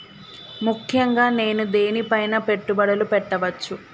ముఖ్యంగా నేను దేని పైనా పెట్టుబడులు పెట్టవచ్చు?